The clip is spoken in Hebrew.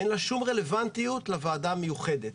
ואין לה שום רלוונטיות לוועדה המיוחדת.